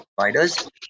providers